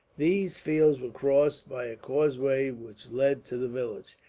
these fields were crossed by a causeway which led to the village,